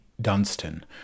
Dunstan